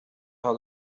هذا